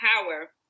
power